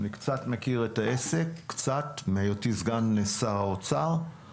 אני קצת מכיר את העסק מהיותי סגן שר האוצר.